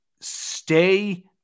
stay